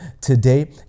today